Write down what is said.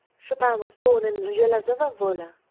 chopin was born in zelazowa-wola,